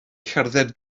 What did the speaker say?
cerdded